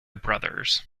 brothers